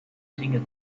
dinge